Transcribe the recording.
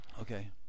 Okay